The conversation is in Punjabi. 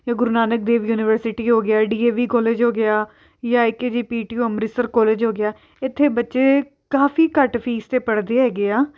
ਜਾਂ ਗੁਰੂ ਨਾਨਕ ਦੇਵ ਯੂਨੀਵਰਸਿਟੀ ਹੋ ਗਿਆ ਡੀ ਏ ਵੀ ਕੋਲਜ ਹੋ ਗਿਆ ਜਾਂ I K G P T U Amritsar college ਹੋ ਗਿਆ ਇੱਥੇ ਬੱਚੇ ਕਾਫੀ ਘੱਟ ਫੀਸ 'ਤੇ ਪੜ੍ਹਦੇ ਹੈਗੇ ਆ